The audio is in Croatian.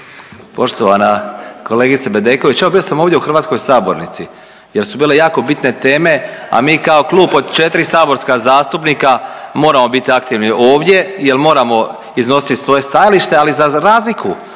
Poštovana kolegice Bedeković, evo bio sam ovdje u hrvatskoj sabornici jer su bile jako bitne teme, a mi kao klub od četri saborska zastupnika moramo biti aktivni ovdje jer moramo iznositi svoje stajalište, ali za razliku